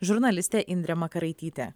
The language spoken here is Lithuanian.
žurnalistė indrė makaraitytė